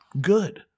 Good